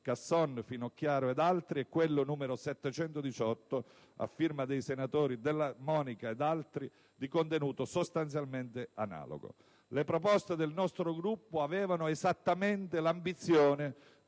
Casson, Finocchiaro e altri, e l'Atto Senato n. 781, a firma Della Monica e altri, di contenuto sostanzialmente analogo. Le proposte del nostro Gruppo avevano esattamente l'ambizione